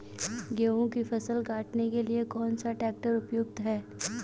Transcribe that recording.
गेहूँ की फसल काटने के लिए कौन सा ट्रैक्टर उपयुक्त है?